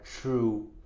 true